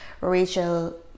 rachel